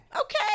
okay